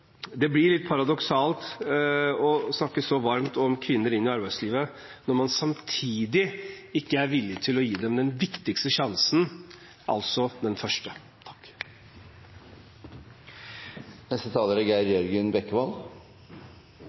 det blir litt paradoksalt å snakke så varmt om kvinner inn i arbeidslivet når man samtidig ikke er villig til å gi dem den viktigste sjansen: den første. Jeg vil også rette en takk